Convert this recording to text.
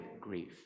grief